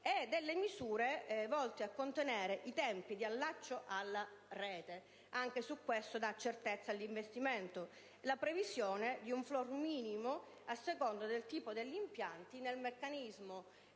e delle misure volte a contenere i tempi di allaccio alla rete (anche su questo si dà certezza all'investimento); la previsione di un *floor* minimo, a seconda del tipo degli impianti, nel meccanismo